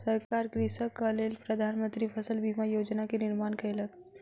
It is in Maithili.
सरकार कृषकक लेल प्रधान मंत्री फसल बीमा योजना के निर्माण कयलक